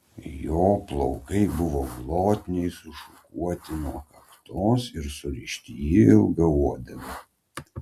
jo plaukai buvo glotniai sušukuoti nuo kaktos ir surišti į ilgą uodegą